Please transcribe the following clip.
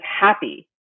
happy